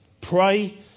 pray